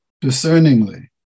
discerningly